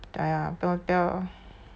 !aiya! 不要不要